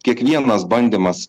kiekvienas bandymas